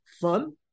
fun